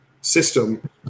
system